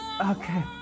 Okay